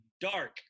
dark